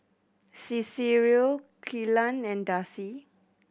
Cicero Kelan and Darcy